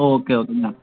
oh okay okay